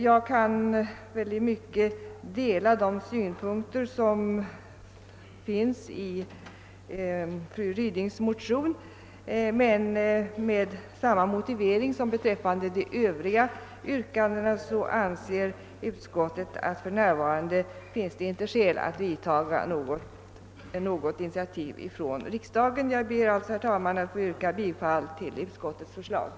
Jag kan i mycket dela de synpunkter, som framförs i fru Rydings m.fl. motion, men utskottet anser med samma motivering som beträffande de övriga yrkandena att det inte i dag finns skäl för riksdagen att ta något initiativ. Herr talman! Jag ber därför att få yrka bifall till utskottets hemställan.